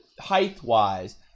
height-wise